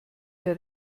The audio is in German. der